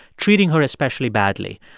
treating her especially badly.